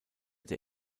der